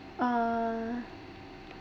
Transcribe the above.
uh